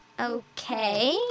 Okay